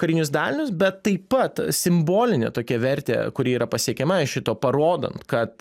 karinius dalinius bet taip pat simbolinę tokią vertę kuri yra pasiekiama iš šito parodant kad